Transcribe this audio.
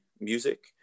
music